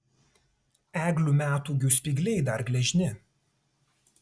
eglių metūgių spygliai dar gležni